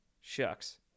Shucks